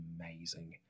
amazing